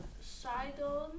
Sidon